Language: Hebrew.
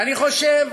ואני חושב